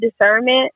discernment